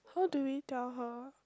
how do we tell how